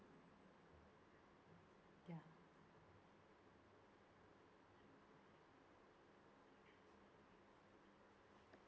ya